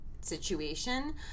situation